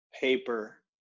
Paper